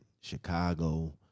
Chicago